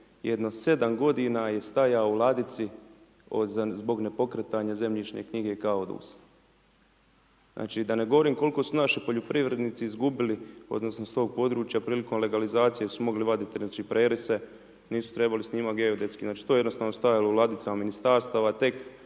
jedno 7 g. je stajao u ladici zbog nepokretanje zemljišne knjige kao …/Govornik se ne razumije./… Znači da ne govorim koliko su naši poljoprivrednici izgubili odnosno, iz tog područja, prilikom legalizacije su mogli vaditi prerise, nisu trebali snimati geodetski, znači to je jednostavno stajalo u ladicama ministarstava, tek